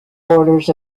borders